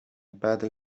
بعده